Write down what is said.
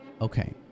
Okay